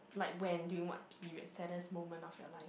like when during what period saddest moment of your life